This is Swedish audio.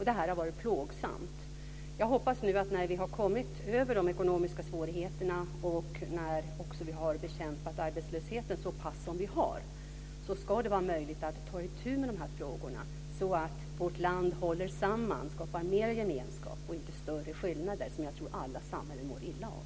Det har varit plågsamt. Jag hoppas nu att när vi har kommit över de ekonomiska svårigheterna och också bekämpat arbetslösheten så pass som vi har ska det vara möjligt att ta itu med dessa frågor, så att vårt land kan hålla samman och skapa mer gemenskap och inte större skillnader, något som jag tror att alla samhällen mår illa av.